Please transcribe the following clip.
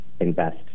invest